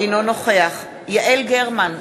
אינו נוכח יעל גרמן,